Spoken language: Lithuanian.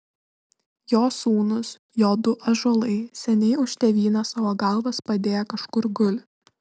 jo sūnūs jo du ąžuolai seniai už tėvynę savo galvas padėję kažkur guli